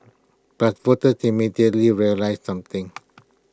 but voters immediately realised something